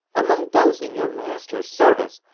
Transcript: among those in your master's service,